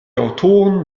autoren